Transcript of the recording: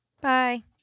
Bye